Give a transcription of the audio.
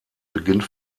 beginnt